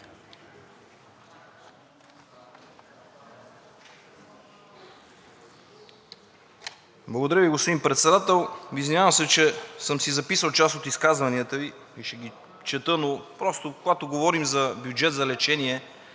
Благодаря Ви, господин Председател. Извинявам се, че съм си записал част от изказванията Ви и ще ги чета, но просто когато говорим за бюджет за лечение,